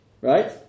Right